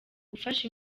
gufasha